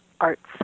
arts